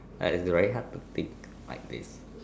like if you very hard to pick like this